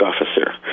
officer